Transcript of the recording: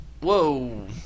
Whoa